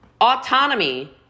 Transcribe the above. Autonomy